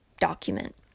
document